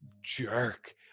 jerk